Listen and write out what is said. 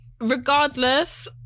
regardless